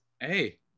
hey